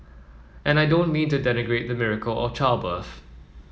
and I don't mean to denigrate the miracle of childbirth